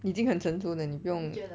你已经很成熟了你不用